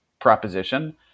proposition